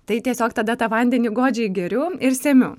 tai tiesiog tada tą vandenį godžiai geriu ir semiu